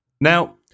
Now